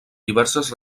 diverses